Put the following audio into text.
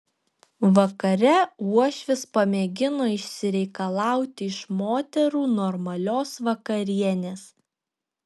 vakare uošvis pamėgino išsireikalauti iš moterų normalios vakarienės